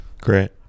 great